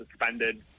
suspended